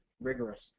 rigorous